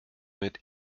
mit